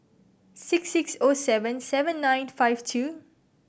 six six O seven seven nine five two